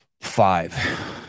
five